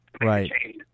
Right